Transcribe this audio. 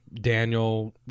Daniel